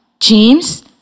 James